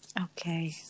Okay